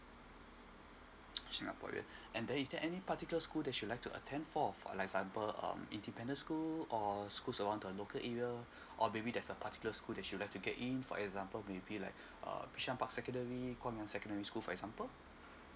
singaporean and then is there any particular school that you like to attend for like example um independent school or schools around the local area or maybe there's a particular school that you like to get in for example maybe like uh bishan park secondary guangyang secondary school for example